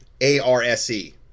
A-R-S-E